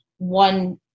one